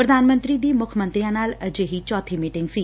ਪ੍ਰਧਾਨ ਮੰਤਰੀ ਦੀ ਮੁੱਖ ਮੰਤਰੀਆਂ ਨਾਲ ਅਜਿਹੀ ਚੌਥੀ ਮੀਟਿੰਗ ਸੀ